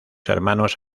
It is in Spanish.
hermanos